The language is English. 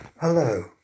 Hello